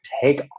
take